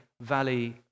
valley